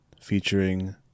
featuring